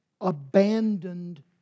abandoned